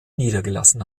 niedergelassen